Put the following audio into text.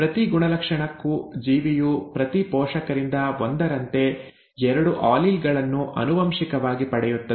ಪ್ರತಿ ಗುಣಲಕ್ಷಣಕ್ಕೂ ಜೀವಿಯು ಪ್ರತಿ ಪೋಷಕರಿಂದ ಒಂದರಂತೆ ಎರಡು ಆಲೀಲ್ ಗಳನ್ನು ಆನುವಂಶಿಕವಾಗಿ ಪಡೆಯುತ್ತದೆ